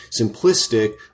simplistic